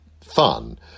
fun